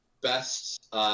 best